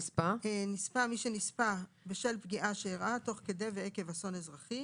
"נספה" מי שנספה בשל פגיעה שאירעה תוך כדי ועקב אסון אזרחי,